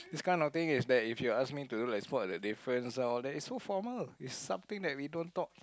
this kind of thing is that if you ask me to do like spot the difference all that it's so formal it's something that we don't talk